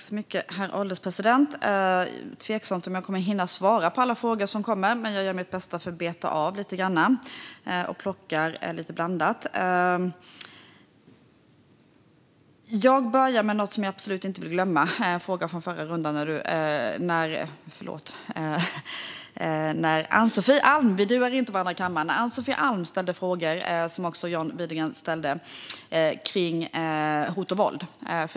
Herr ålderspresident! Det är tveksamt om jag kommer att hinna svara på alla frågor som kommer, men jag gör mitt bästa för att beta av lite grann och plockar lite blandat. Jag börjar med något som jag absolut inte vill glömma, en fråga från förra rundan när Ann-Sofie Alm ställde frågor som också John Widegren ställde kring hot och våld.